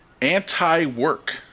Anti-Work